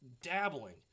dabbling